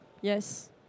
Yes